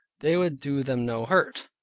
they would do them no hurt.